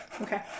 Okay